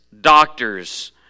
doctors